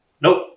Nope